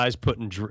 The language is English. putting